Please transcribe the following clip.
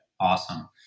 Awesome